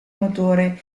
motore